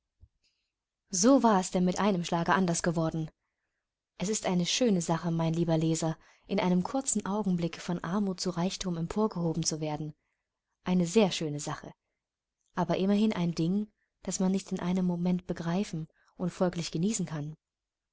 so war es denn mit einem schlage anders geworden es ist eine schöne sache mein lieber leser in einem kurzen augenblick von armut zu reichtum emporgehoben zu werden eine sehr schöne sache aber immerhin ein ding das man nicht in einem moment begreifen und folglich genießen kann